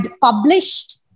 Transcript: published